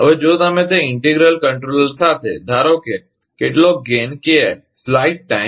હવે જો તમે તે ઇન્ટિગ્રલ કંટ્રોલર સાથે ધારો તો કેટલોક ગેઇન KI